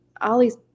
Ollie's